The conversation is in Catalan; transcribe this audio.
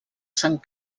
sant